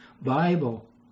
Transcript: Bible